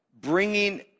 Bringing